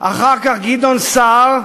אחר כך גדעון סער,